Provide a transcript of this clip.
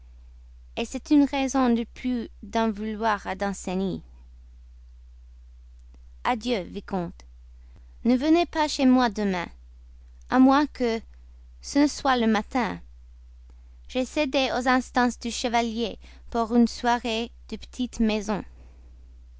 soit c'est une raison de plus d'en vouloir à danceny adieu vicomte ne venez pas chez moi demain à moins que ce ne soit le matin j'ai cédé aux instances du chevalier pour une soirée de petite maison